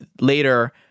later